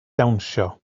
dawnsio